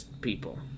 people